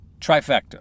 trifecta